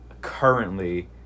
currently